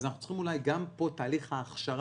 אז אנחנו צריכים אולי גם פה לחשוב על תהליך ההכשרה